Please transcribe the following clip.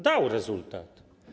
Dał rezultat.